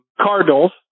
Cardinals